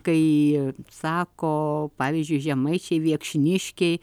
kai sako pavyzdžiui žemaičiai viekšniškiai